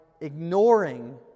ignoring